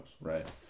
right